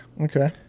Okay